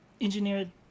engineered